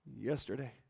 yesterday